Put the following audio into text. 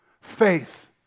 faith